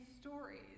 stories